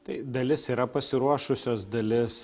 tai dalis yra pasiruošusios dalis